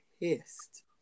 pissed